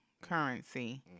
currency